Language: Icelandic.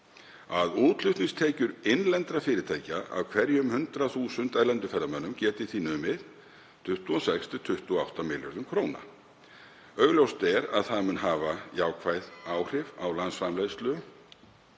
að útflutningstekjur innlendra fyrirtækja af hverjum 100.000 erlendum ferðamönnum, geti því numið 26–28 milljörðum króna. Augljóst er að það mun hafa jákvæð áhrif á landsframleiðslu,